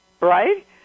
right